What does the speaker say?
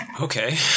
Okay